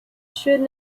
should